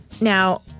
Now